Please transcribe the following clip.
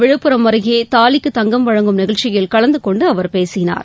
விழுப்புரம் அருகே தாலிக்கு தங்கம் வழங்கும் நிகழ்ச்சியில் கலந்து கொண்டு அவர் பேசினார்